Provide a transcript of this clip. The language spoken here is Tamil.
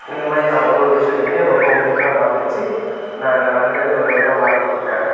இந்த மாதிரி நான் ஒரு ஒரு விஷயத்தையுமே ரொம்ப உன்னிப்பாக கவனிச்சு நான் என்னை வந்து கொஞ்சம் கொஞ்சமாக மாற்றிட்டுருக்கேன்